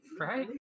Right